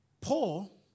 Paul